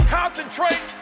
concentrate